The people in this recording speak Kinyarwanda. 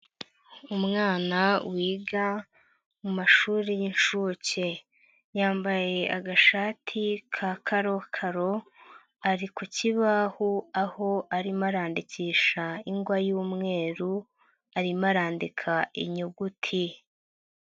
Umwana wiga mu mashuri y'incuke, yambaye agashati ka karokaro ari ku kibaho aho arimo arandikisha ingwa y'umweru arimo arandika inyuguti.